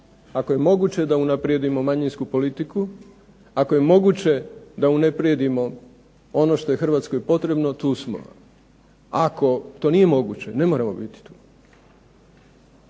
ako je moguće da unaprijedimo manjinsku politiku, ako je moguće da unaprijedimo ono što je Hrvatskoj potrebno tu smo. Ako to nije moguće, ne moramo biti tu.